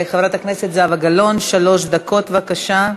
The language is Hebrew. חברת הכנסת זהבה גלאון, שלוש דקות, בבקשה,